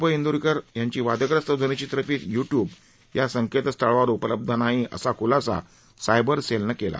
प इंदोरीकर यांची वादग्रस्त ध्वनीचित्रफीत यूटयूब या संकेतस्थळावर उपलब्ध नाही असा खुलासा सायबर सेलनं केला